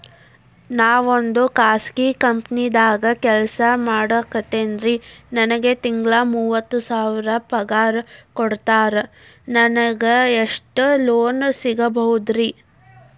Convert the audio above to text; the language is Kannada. ನಾವೊಂದು ಖಾಸಗಿ ಕಂಪನಿದಾಗ ಕೆಲ್ಸ ಮಾಡ್ಲಿಕತ್ತಿನ್ರಿ, ನನಗೆ ತಿಂಗಳ ಮೂವತ್ತು ಸಾವಿರ ಪಗಾರ್ ಕೊಡ್ತಾರ, ನಂಗ್ ಎಷ್ಟು ಲೋನ್ ಸಿಗಬೋದ ರಿ?